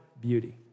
beauty